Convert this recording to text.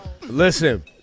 Listen